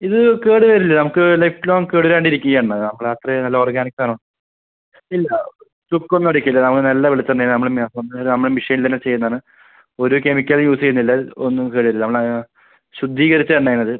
ഇത് കേട് വരില്ല നമുക്ക് ലൈഫ് ലോംഗ് കേട് വരാണ്ട് ഇരിക്കും ഈ എണ്ണ നമ്മളുടെ അത്രയും നല്ല ഓർഗാനിക് ആണ് ഇല്ല ചുക്ക് ഒന്നും അടിക്കില്ല അത് നല്ല വെളിച്ചെണ്ണയാണ് നമ്മള് ഒന്നും ഇല്ലേല് നമ്മള് മെഷീനിൽ തന്നെ ചെയ്യുന്നത് ആണ് ഒരു കെമിക്കലും യൂസ് ചെയ്യുന്ന് ഇല്ല അത് ഒന്നും ശരി അല്ല അവിടെ ശുദ്ധീകരിച്ച എണ്ണയാണ് അത്